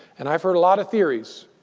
and i've heard a lot of theories,